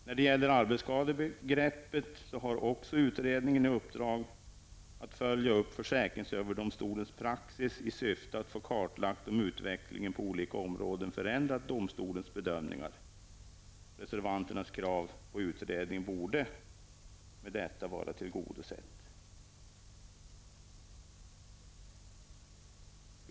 När det gäller arbetsskadebegreppet har också utredningen i uppdrag att följa upp försäkringsöverdomstolens praxis i syfte att få klarlagt om utvecklingen på olika områden förändrat domstolens bedömningar. Reservanternas krav på utredning borde med detta vara tillgodosett.